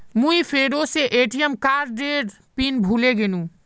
मुई फेरो से ए.टी.एम कार्डेर पिन भूले गेनू